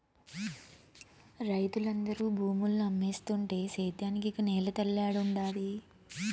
రైతులందరూ భూముల్ని అమ్మేస్తుంటే సేద్యానికి ఇక నేల తల్లేడుండాది